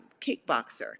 kickboxer